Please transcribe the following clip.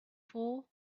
for